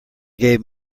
gave